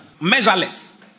measureless